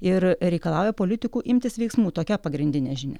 ir reikalauja politikų imtis veiksmų tokia pagrindinė žinia